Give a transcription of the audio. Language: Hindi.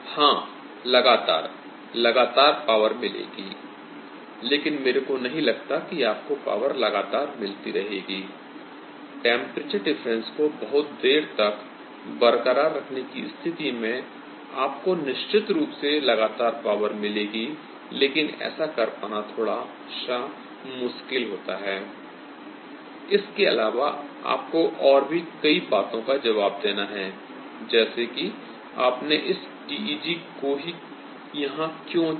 हाँ लगातार लगातार पॉवर मिलेगी I लेकिन मेरे को नही लगता कि आपको पॉवर लगातार मिलती रहेगी I टेम्परेचर डिफरेंस को बहुत देर तक बरक़रार रखने कि स्थिति में आपको निश्चित रूप से लगातार पॉवर मिलेगी लेकिन ऐसा कर पाना थोडा सा मुश्किल होता है I इसके अलावा आपको और भी कई बातों का जबाब देना है जैसे कि आपने इस TEG को ही यहाँ क्यों चुना